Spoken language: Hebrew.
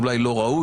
אולי כלא ראוי,